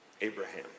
Abraham